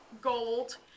gold